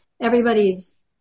Everybody's